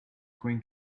going